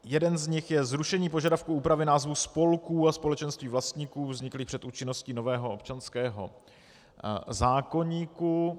Jeden z nich je zrušení požadavku úpravy názvu spolků a společenství vlastníků vzniklých před účinností nového občanského zákoníku.